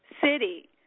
city